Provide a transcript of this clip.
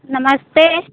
नमस्ते